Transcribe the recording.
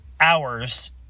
hours